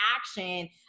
action